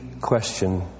question